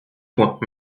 points